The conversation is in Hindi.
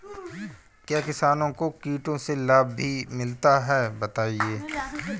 क्या किसानों को कीटों से लाभ भी मिलता है बताएँ?